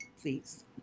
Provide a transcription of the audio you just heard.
please